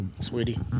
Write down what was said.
Sweetie